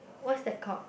what's that called